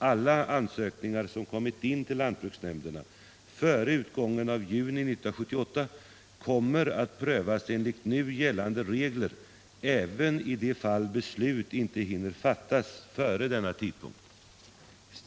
Alla ansökningar som kommit in till lantbruksnämnderna före utgången av juni 1978 kommer att prövas enligt nu gällande regler även i de fall då beslut inte hinner fattas före denna tidpunkt.